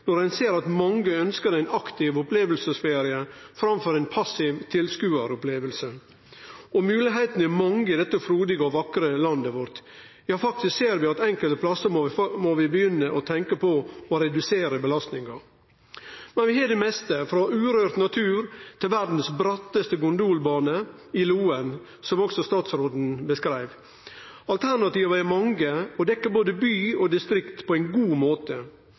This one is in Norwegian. når ein ser at mange ønskjer ein aktiv opplevingsferie framfor ei passiv tilskodaroppleving. Moglegheitene er mange i dette frodige og vakre landet vårt. Ja, faktisk ser vi at vi enkelte plassar må begynne å tenkje på å redusere belastninga. Vi har det meste – frå urørt natur til verdas brattaste gondolbane i Loen, som også statsråden beskreiv. Alternativa er mange og dekkjer både by og distrikt på ein god måte.